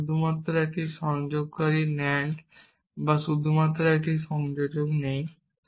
যেখানে শুধুমাত্র একটি সংযোগকারী NAND বা শুধুমাত্র একটি সংযোজক নেই